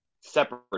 separate